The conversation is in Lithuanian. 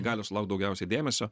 gali sulaukt daugiausiai dėmesio